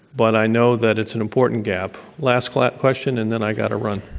but i know that it's an important gap. last last question and then i got to run.